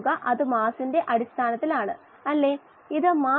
ഇതാണ് ഗാഢതയും DO യും തമ്മിലുള്ള ബന്ധം